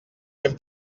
ben